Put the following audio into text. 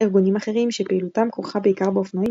ארגונים אחרים שפעילותם כרוכה בעיקר באופנועים,